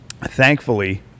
thankfully